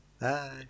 Bye